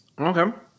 Okay